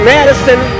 Madison